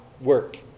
work